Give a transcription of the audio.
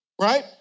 right